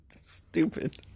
stupid